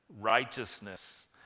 righteousness